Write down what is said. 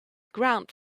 ground